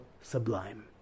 sublime